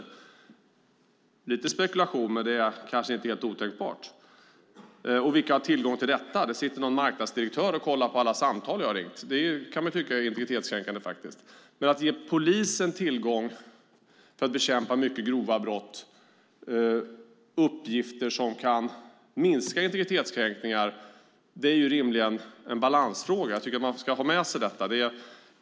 Det är lite av spekulation men kanske inte helt otänkbart. Vilka har tillgång till detta? Det sitter någon marknadsdirektör och kollar på alla samtal jag har ringt. Det kan man faktiskt tycka är integritetskränkande. Men att ge polisen tillgång till uppgifter för att bekämpa mycket grova brott, uppgifter som alltså kan minska integritetskränkningar, är rimligen en balansfråga. Jag tycker att man ska ha med sig detta.